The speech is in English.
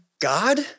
God